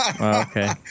Okay